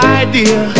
idea